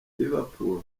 liverpool